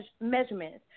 measurements